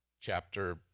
chapter